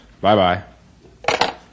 Bye-bye